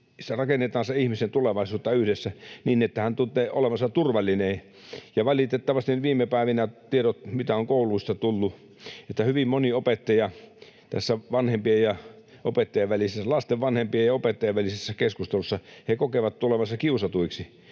rakennetaan sen ihmisen tulevaisuutta yhdessä niin, että hän tuntee olonsa turvalliseksi. Valitettavasti nyt viime päivinä on tullut kouluista tietoa, että hyvin moni opettaja lasten vanhempien ja opettajien välisessä keskustelussa kokee tulevansa kiusatuksi,